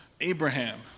Abraham